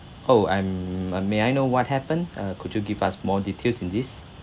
oh and may I know what happened uh could you give us more details in this